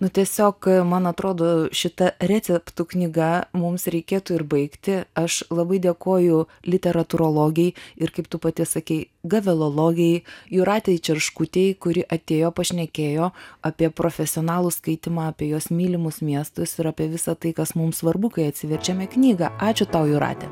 nu tiesiog man atrodo šita receptų knyga mums reikėtų ir baigti aš labai dėkoju literatūrologei ir kaip tu pati sakei gavelologei jūratei čerškutei kuri atėjo pašnekėjo apie profesionalų skaitymą apie jos mylimus miestus ir apie visa tai kas mums svarbu kai atsiverčiame knygą ačiū tau jūrate